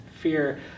fear